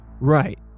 right